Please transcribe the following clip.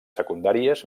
secundàries